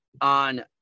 on